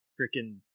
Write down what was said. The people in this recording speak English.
freaking